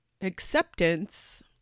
acceptance